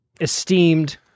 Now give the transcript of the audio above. esteemed